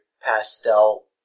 pastel